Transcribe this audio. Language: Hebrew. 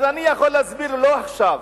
אז אני יכול להסביר לו עכשיו,